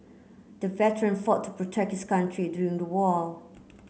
the veteran fought to protect his country during the war